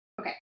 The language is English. Okay